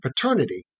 paternity